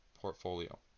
portfolio